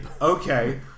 Okay